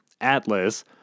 Atlas